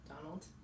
Donald